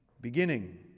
beginning